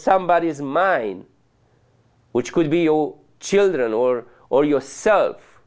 somebody is mine which could be your children or or yourself